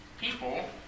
people